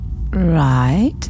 Right